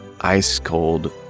ice-cold